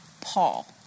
Paul